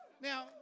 now